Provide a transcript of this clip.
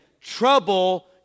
trouble